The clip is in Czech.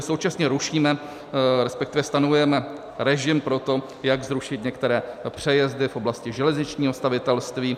Současně rušíme resp. stanovujeme režim pro to, jak zrušit některé přejezdy v oblasti železničního stavitelství.